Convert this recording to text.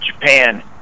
Japan